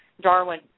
Darwin